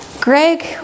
Greg